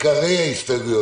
עיקרי ההסתייגויות.